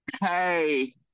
hey